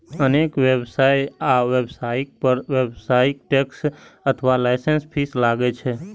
अनेक व्यवसाय आ व्यवसायी पर व्यावसायिक टैक्स अथवा लाइसेंस फीस लागै छै